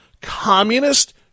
communist